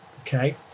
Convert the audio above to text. Okay